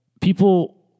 people